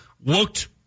looked